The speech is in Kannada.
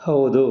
ಹೌದು